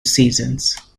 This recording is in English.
seasons